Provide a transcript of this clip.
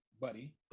buddy